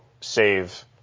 save